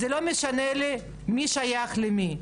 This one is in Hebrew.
זה לא משנה לי מי שייך למי,